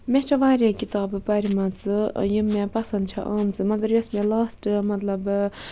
مےٚ چھِ واریاہ کِتابہٕ پَرمَژٕ یِم مےٚ پَسَنٛد چھِ آمزٕ مگر یۄس مےٚ لاسٹ مَطلَب